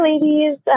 ladies